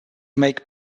make